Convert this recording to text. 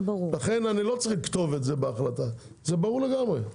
ולכן אני לא צריך לכתוב את זה בהחלטה זה ברור לגמרי.